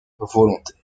volontaire